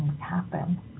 happen